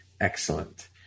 Excellent